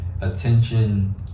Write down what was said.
attention